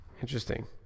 Interesting